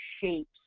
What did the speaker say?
shapes